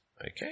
Okay